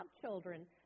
children